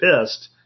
pissed